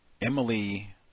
Emily